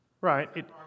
Right